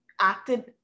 acted